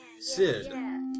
Sid